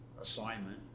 assignment